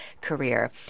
career